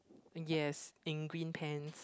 yes in green pants